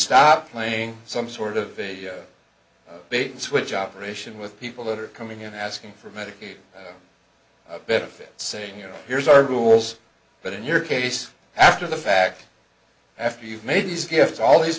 stop playing some sort of a bait and switch operation with people that are coming in asking for medicaid benefits saying you know here's our rules but in your case after the fact after you've made these gifts all these